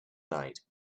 night